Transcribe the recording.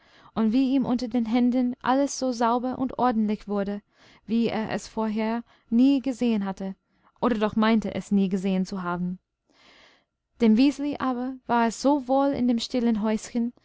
und wie ihm unter den händen alles so sauber und ordentlich wurde wie er es vorher nie gesehen hatte oder doch meinte es nie gesehen zu haben dem wiseli aber war es so wohl in dem stillen häuschen